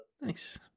Nice